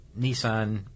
Nissan